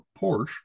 Porsche